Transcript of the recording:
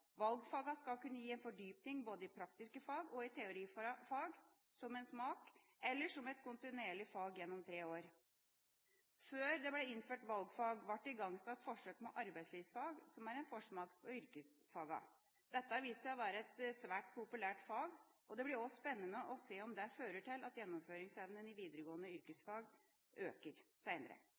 skal kunne gi fordypning i både praktiske fag og teorifag – som en smak, eller som et kontinuerlig fag gjennom tre år. Før det ble innført valgfag, ble det igangsatt forsøk med arbeidslivsfag, som er en forsmak på yrkesfagene. Dette har vist seg å være et svært populært fag. Det blir spennende å se om det fører til at gjennomføringsevnen i videregående yrkesfag øker seinere.